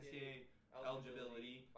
eligibility